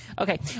Okay